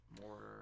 mortar